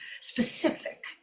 specific